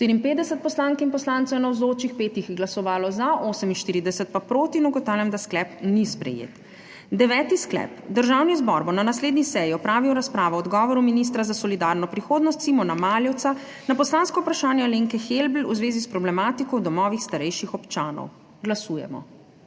54 poslank in poslancev je navzočih, 5 jih je glasovalo za, 48 pa proti. (Za je glasovalo 5.) (Proti 48.) Ugotavljam, da sklep ni sprejet. Deveti sklep: Državni zbor bo na naslednji seji opravil razpravo o odgovoru ministra za solidarno prihodnost Simona Maljevca na poslansko vprašanje Alenke Helbl v zvezi s problematiko v domovih starejših občanov. Glasujemo.